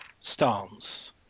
stance